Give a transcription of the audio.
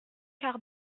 quart